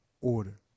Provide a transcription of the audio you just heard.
order